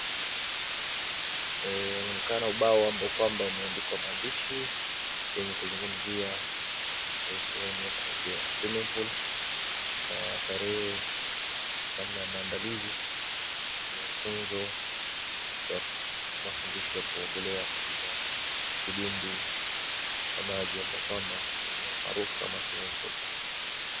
Inaonekana ubao ambao kwamba umeandikwa maandishi yenye kuzungumzia sehemu ya kuogea swimming pool na tarehe namna ya maandalizi ya funzo ya mafundisho ya kuogolea katika kidimbwi cha maji ambayo kwamba kwa jina la maarufu kama swimming pool.